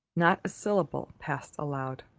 not a syllable passed aloud.